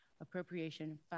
appropriation